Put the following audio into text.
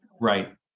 Right